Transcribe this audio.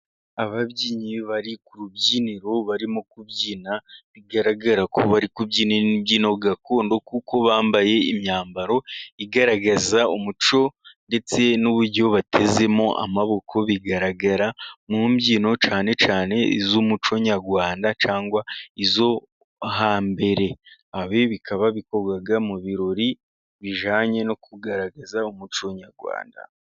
Ababyinnyi bari ku rubyiniro barimo kubyina, bigaragara ko bari kubyina imbyino gakondo kuko bambaye imyambaro igaragaza umucyo, ndetse n'uburyo batezemo amaboko, bigaragara mu mbyino cyane cyane, z'umucyo nyarwanda, cyangwa izo hambere, bikaba bikorwa mu birori bijyanye no kugaragaza umuco nyarwanda.